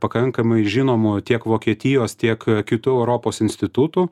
pakankamai žinomų tiek vokietijos tiek kitų europos institutų